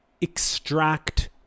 extract